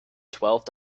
twelve